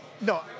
No